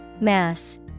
Mass